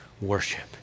worship